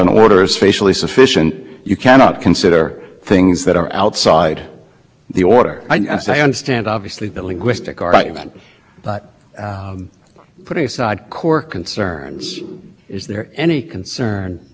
completely trivial i would say the response is yes and what is of concern here you have to look at this is the history of title three and the concerns to be addressed were really well laid out